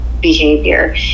behavior